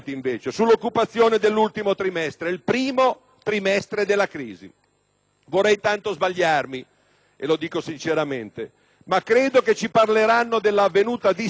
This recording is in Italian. lo dico sinceramente, ma credo che ci parleranno della già avvenuta distruzione di qualche decina di migliaia di posti di lavoro,